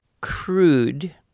crude